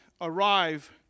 arrive